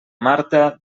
marta